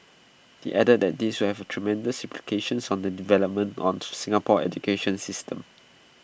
he added that this will have tremendous implications on the development of Singapore's educational system